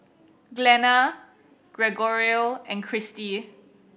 Glenna Gregorio and Christi